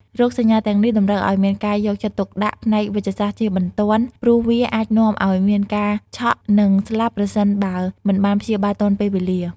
រោគសញ្ញាទាំងនេះតម្រូវឱ្យមានការយកចិត្តទុកដាក់ផ្នែកវេជ្ជសាស្ត្រជាបន្ទាន់ ព្រោះវាអាចនាំឱ្យមានការឆក់ និងស្លាប់ប្រសិនបើមិនបានព្យាបាលទាន់ពេលវេលា។